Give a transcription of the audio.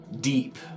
deep